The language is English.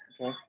Okay